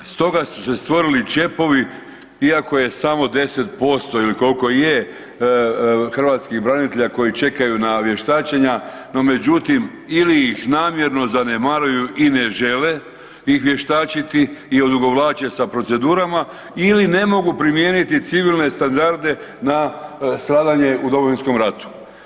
Stoga su se stvorili čepovi iako je samo 10% ili koliko je hrvatskih branitelja koji čekaju na vještačenja, no međutim ili ih namjerno zanemaruju i ne žele ih vještačiti i odugovlače sa procedurama ili ne mogu primijeniti civilne standarde na stradanje u Domovinskom ratu.